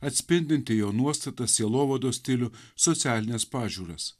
atspindinti jo nuostatas sielovados stilių socialines pažiūras